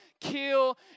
kill